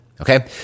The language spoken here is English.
Okay